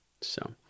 so-